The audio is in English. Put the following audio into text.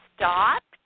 stopped